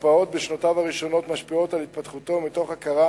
בפעוט בשנותיו הראשונות משפיע על התפתחותו ומתוך הכרה